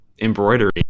embroidery